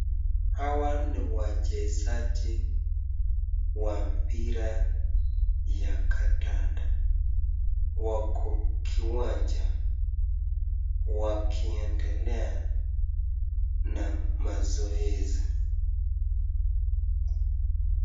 Hawa ni wachezaji wa mpira ya kandanda wako kwa kiwanja wakiendelea na mazoezi.